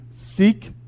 seek